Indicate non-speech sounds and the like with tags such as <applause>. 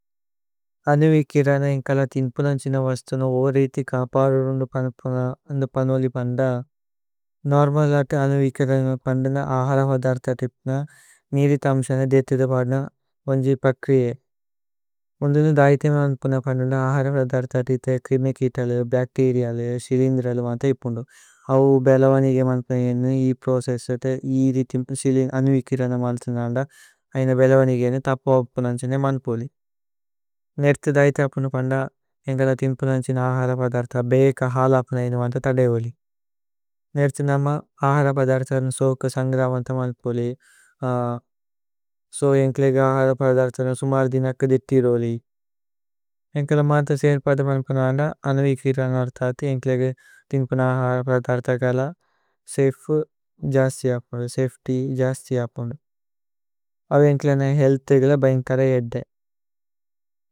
അനുവികിരന ഏന്കല ഥിന്പുനന് ചിന വസ്തന ഓ രേയ്ഥി। കപലുരുന്ദു പനുപുനന് അന്ദു പനോലി പന്ദന് നോര്മലതു। അനുവികിരന പന്ദന അഹര പദര്ഥതി ഇപ്ന നിരി। ഥമ്സന ദിഥിരുപദന ഓന്ജി പക്രിയേ മുന്ദുനു ദൈഥിമ। അനുപുനന് പന്ദന അഹര പദര്ഥതി ഇഥേ ക്രിമികിതലു। ബക്തേരിഅലു സിലിന്ദ്രലു മഥേ ഇപുന്ദു അവു ബേലവനിഗേ। മനുപുനന് ഏന്നു ഇ പ്രോസേസേതേ ഇ ദിഥി സിലിന് അനുവികിരന। മനുപുനന് അന്ദ ഐന ബേലവനിഗേ ഏന്നു ഥപോപുനന് ചിന। മനുപുനി നേര്ഥി ദൈഥ പനുപുനന് അന്ദ ഏന്കല ഥിന്പുനന്। ചിന അഹര പദര്ഥതി ബേക ഹലപുന ഏനുവന്ത ഥദേ ഓലി। നേര്ഥി നമ അഹര പദര്ഥതി സോക സന്ഗ്രവന്ത മനുപുനി। <hesitation> സോ ഏന്ക്ലേഗേ അഹര പദര്ഥതി സുമര ദിനക। ദിഥിരോലി ഏന്കല മഥസേന പനുപുനന് അന്ദ അനുവികിരന। അനര്ഥതി ഏന്ക്ലേഗേ ഥിന്പുനന് അഹര പദര്ഥതി ഗല। സേഫു ജസ്തി അപുന്ദു സേഫ്തി ജസ്തി അപുന്ദു അവു ഏന്ക്ലേനേ। ഹേഅല്ഥ് ഗല ബൈന്കര ഏദ്ദേ।